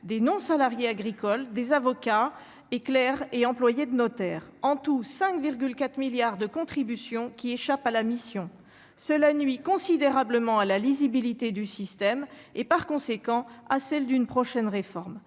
des non- salariés agricoles, des avocats et clair et employé de notaire en tout 5 4 milliards de contributions qui échappe à la mission, cela nuit considérablement à la lisibilité du système et par conséquent à celle d'une prochaine réforme